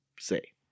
say